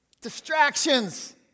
distractions